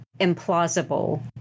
implausible